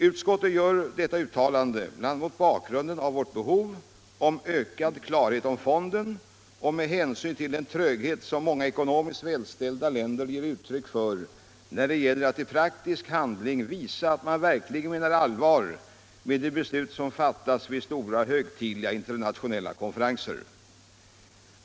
Utskottet gör detta uttalande bl.a. mot bakgrunden av vårt behov av ökad klarhet om fonden och med hänsyn till den tröghet som många ekonomiskt välställda länder ger uttryck för när det gäller att i praktisk handling visa att man verkligen menar allvar med de beslut som fattas vid stora högtidliga internationella konferenser.